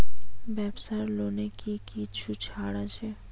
ব্যাবসার লোনে কি কিছু ছাড় আছে?